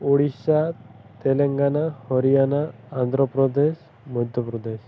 Odisha Telangana Haryana Andhra Pradesh Madhya Pradesh